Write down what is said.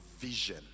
vision